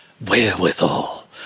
wherewithal